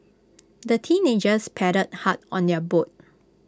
the teenagers paddled hard on their boat